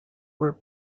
were